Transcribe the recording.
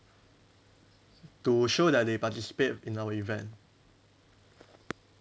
to show that they participate in our event